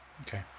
Okay